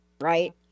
right